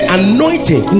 anointing